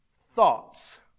thoughts